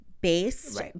based